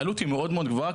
העלות היא מאוד-מאוד גבוהה,